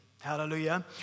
Hallelujah